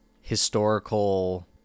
historical